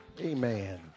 Amen